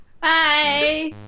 bye